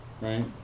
right